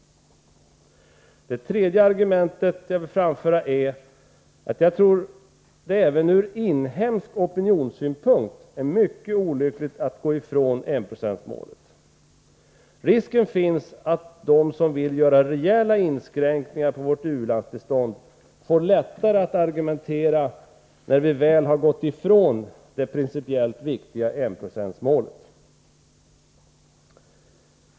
Det tredje argument jag vill framföra är att jag tror det även med tanke på den inhemska opinionen är mycket olyckligt att gå ifrån enprocentsmålet. Risken finns att de som vill göra rejäla inskränkningar på vårt u-landsbistånd får lättare att argumentera när vi väl har gått ifrån det principiellt viktiga enprocentsmålet.